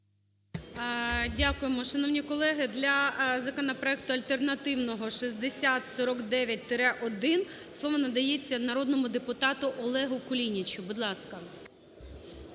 Дякуємо. Шановні колеги, для законопроекту альтернативного (6049-1) слово надається народному депутату Олегу Кулінічу, будь ласка.